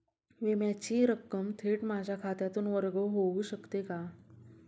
विम्याची रक्कम थेट माझ्या खात्यातून वर्ग होऊ शकते का?